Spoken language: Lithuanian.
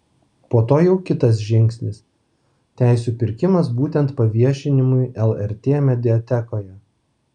po to jau kitas žingsnis teisių pirkimas būtent paviešinimui lrt mediatekoje